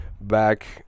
back